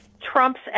trumps